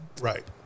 Right